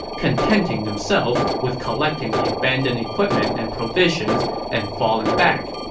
contenting themselves with collecting the abandoned equipment and provisions and falling back.